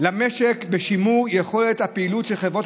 למשק בשימור יכולת הפעילות של חברות